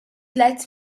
let